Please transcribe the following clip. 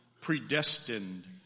predestined